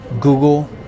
Google